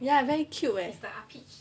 ya very cute eh